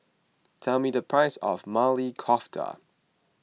tell me the price of Maili Kofta